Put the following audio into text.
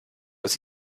aus